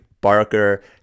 Barker